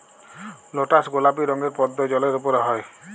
lotus গলাপি রঙের পদ্দ জালের উপরে হ্যয়